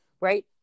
right